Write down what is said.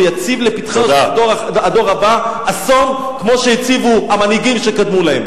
ויציב לפתחי הדור הבא אסון כמו שהציבו המנהיגים שקדמו לו.